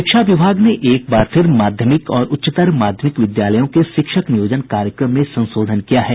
शिक्षा विभाग ने एक बार फिर माध्यमिक और उच्चतर माध्यमिक विद्यालयों के शिक्षक नियोजन कार्यक्रम में संशोधन किया है